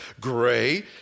Gray